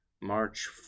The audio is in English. March